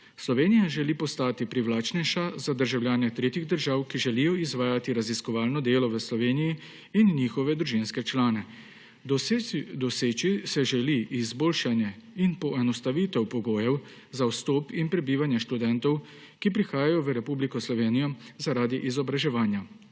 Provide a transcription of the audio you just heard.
Slovenija želi postati privlačnejša za državljane tretjih držav, ki želijo izvajati raziskovalno delo v Sloveniji in njihove družinske člane. Doseči se želi izboljšanje in poenostavitev pogojev za vstop in prebivanje študentov, ki prihajajo v Republiko Slovenijo zaradi izobraževanja.